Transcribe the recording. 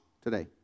today